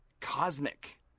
Cosmic